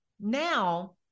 now